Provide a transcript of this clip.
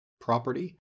property